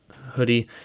hoodie